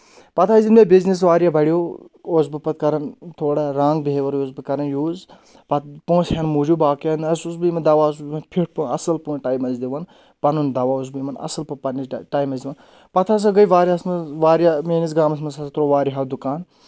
پَتہٕ ٲسٕنۍ مےٚ بِزنس واریاہ بَڑیو اوسُس بہٕ پَتہٕ کران تھوڑا رانٛگ بِہیوَر اوسُس بہٕ کَرَان یوٗز پَتہٕ پونٛسہٕ ہنٛد موٗجوٗب باقیَن حظ اوسُس بہٕ یِمن دوا اوسُس فِٹھ پَتہٕ اَصٕل پٲٹھۍ ٹایم آسہِ دِوان پَنُن دوا اوسُس بہٕ یِمن اَصٕل پٲٹھۍ پَنٕنِس ٹایم اَسہِ دِوان پَتہٕ ہسا گٔے واریاہَس منٛز واریاہ میٲنِس گامَس منٛز ہسا ترٛوو واریاہو دُکان